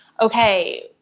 okay